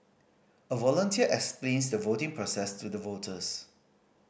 a volunteer explains the voting process to the voters